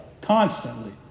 constantly